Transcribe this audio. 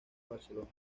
barcelona